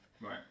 Right